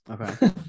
Okay